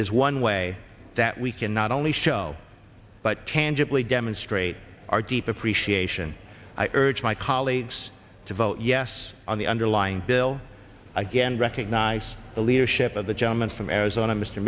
is one way that we can not only show but tangibly demonstrate our deep appreciation i urge my colleagues to vote yes on the underlying bill again recognize the leadership of the gentleman from arizona mr